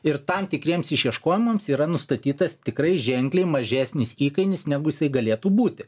ir tam tikriems išieškojimams yra nustatytas tikrai ženkliai mažesnis įkainis negu jisai galėtų būti